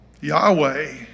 Yahweh